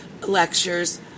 lectures